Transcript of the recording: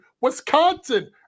Wisconsin